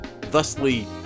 Thusly